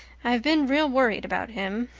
i've been real worried about him,